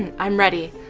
and i'm ready.